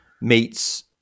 meets